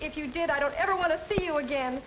if you did i don't ever want to see you again